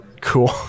Cool